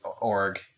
org